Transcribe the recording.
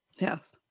Yes